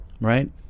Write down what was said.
right